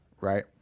right